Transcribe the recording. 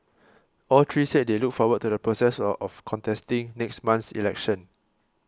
all three said they look forward to the process of of contesting next month's election